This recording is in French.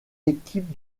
équipe